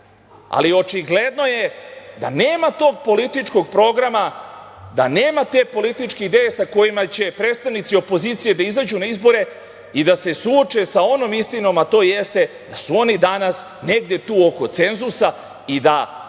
Ali, očigledno je da nema tog političkog programa, da nema te političke ideje sa kojima će predstavnici opozicije da izađu na izbore i da se suoče sa onom istinom, a to jeste da su oni danas negde tu oko cenzusa i da